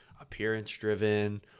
appearance-driven